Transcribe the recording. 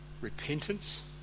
repentance